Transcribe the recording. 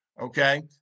okay